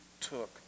took